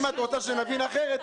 אם את רוצה שנבין אחרת,